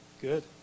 Good